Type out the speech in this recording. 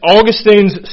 Augustine's